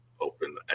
open